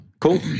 cool